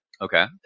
Okay